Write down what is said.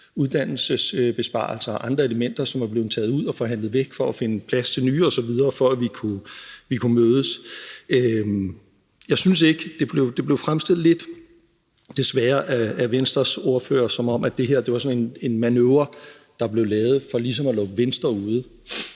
uddannelsesbesparelser og andre elementer – men som er blevet taget ud og forhandlet væk for at finde plads til nye, for at vi kunne mødes. Det blev fremstillet lidt, desværre, af Venstres ordfører, som om det her var en manøvre, der blev lavet, for ligesom at lukke Venstre ude.